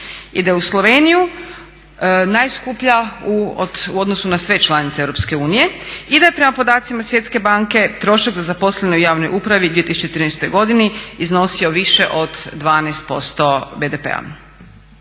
i da je uz Sloveniju najskuplja u odnosu na sve članice EU i da je prema podacima Svjetske banke trošak za zaposlene u javnoj upravi u 2013. godini iznosio više od 12% BDP-a.